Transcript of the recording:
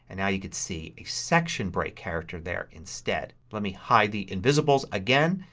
and now you can see a section break character there instead. let me hide the invisibles again.